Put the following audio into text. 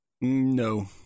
no